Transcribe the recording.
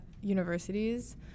universities